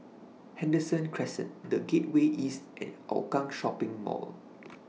Henderson Crescent The Gateway East and Hougang Green Shopping Mall